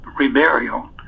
reburial